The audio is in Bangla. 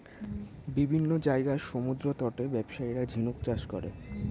বিভিন্ন জায়গার সমুদ্রতটে ব্যবসায়ীরা ঝিনুক চাষ করে